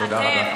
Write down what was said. תודה רבה.